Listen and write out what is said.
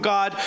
God